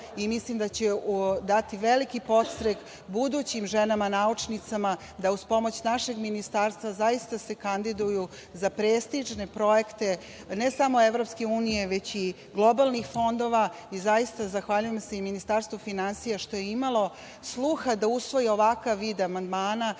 i mislim da će dati veliki podstrek budućim ženama naučnicama da uz pomoć našeg Ministarstva zaista se kandiduju za prestižne projekte, ne samo EU, već i globalnih fondova i zaista zahvaljujem se i Ministarstvu finansija što je imalo sluha da usvoji ovakav vid amandmana